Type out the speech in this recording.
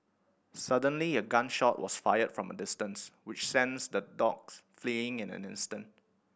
suddenly a gun shot was fired from a distance which the dogs fleeing in an instant